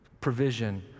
provision